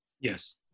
Yes